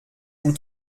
vous